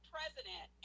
president